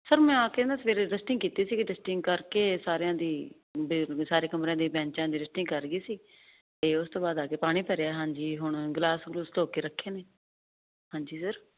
sir ਮੈਂ ਆ ਕਹਿੰਦਾ ਸਵੇਰੇ ਰੈਸਟਿੰਗ ਕੀਤੀ ਸੀ ਡਿਸਟਿੰਗ ਕਰਕੇ ਸਾਰਿਆਂ ਦੀ ਸਾਰੇ ਕਮਰਿਆਂ ਦੀ ਬੈਂਚਾਂ ਦੀ ਰਿਸਟੀ ਕਰ ਗਈ ਸੀ ਤੇ ਉਸ ਤੋਂ ਬਾਅਦ ਆਕੇ ਪਾਣੀ ਭਰਿਆ ਹਾਂਜੀ ਹੁਣ ਗਿਲਾਸ ਗਰੂਸ ਧੋ ਕੇ ਰੱਖੇ ਨੇ ਹਾਂਜੀ ਸਰ